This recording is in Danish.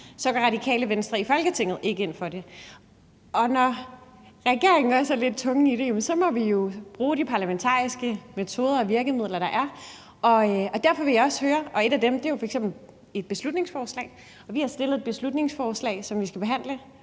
så går Radikale Venstre i Folketinget ikke ind for det. Og når regeringen er lidt tunge i det, må vi jo bruge de parlamentariske metoder og virkemidler, der er, og det kan f.eks. være et beslutningsforslag, og vi har fremsat et beslutningsforslag, som skal behandles